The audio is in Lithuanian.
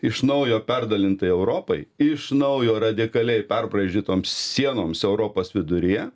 iš naujo perdalintai europai iš naujo radikaliai perbraižytoms sienoms europos viduryje